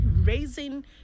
raising